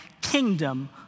kingdom